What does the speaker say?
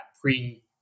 pre-